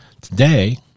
Today